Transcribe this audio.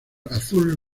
azul